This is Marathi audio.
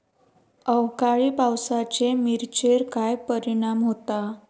अवकाळी पावसाचे मिरचेर काय परिणाम होता?